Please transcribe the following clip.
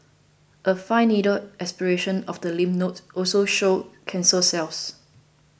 a fine needle aspiration of the lymph nodes also showed cancer cells